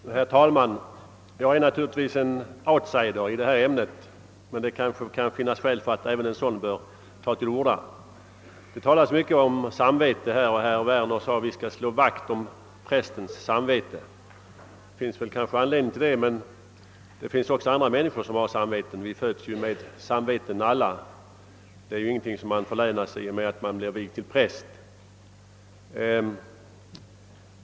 Herr talman! Jag är naturligtvis en outsider i detta ämne, men det kan finnas skäl för att även en sådan tar till orda. Det talas mycket om samvete här. Herr Werner sade att vi skall »slå vakt om prästens samvete». Det finns kanske anledning till det. Men det finns också andra människor som har samveten. Vi föds ju alla med samveten — det är ingenting som man förlänas i och med att man blir vigd till präst.